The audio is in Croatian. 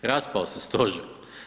Raspao se Stožer.